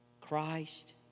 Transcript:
Christ